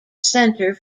centre